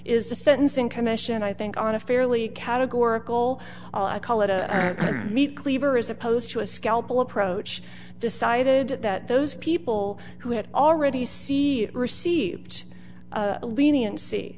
is the sentencing commission i think on a fairly categorical call it a meat cleaver as opposed to a scalpel approach decided at that those people who had already see received leniency